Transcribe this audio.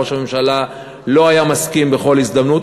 ראש הממשלה לא היה מסכים בכל הזדמנות,